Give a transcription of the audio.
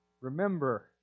remember